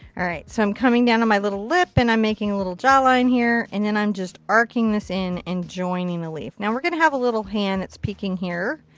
alright. so i'm coming down on my little lip. and i'm making a little jawline here. and then i'm just arcing this in, and joining the leaf. now we're going to have a little hand that's peeking here.